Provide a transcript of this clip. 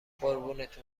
قربونتون